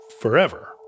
forever